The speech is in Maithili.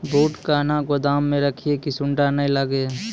बूट कहना गोदाम मे रखिए की सुंडा नए लागे?